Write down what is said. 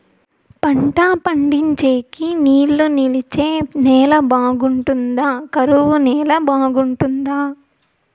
పంట పండించేకి నీళ్లు నిలిచే నేల బాగుంటుందా? కరువు నేల బాగుంటుందా?